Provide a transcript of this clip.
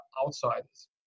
outsiders